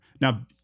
Now